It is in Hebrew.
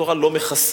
התורה לא מכסה,